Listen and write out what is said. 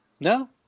No